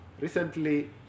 Recently